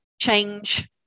change